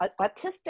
autistic